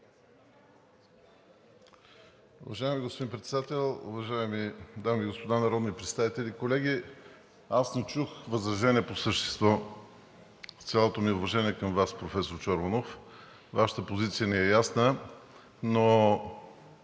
възражения по същество.